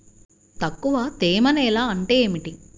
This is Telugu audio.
తక్కువ తేమ నేల అంటే ఏమిటి?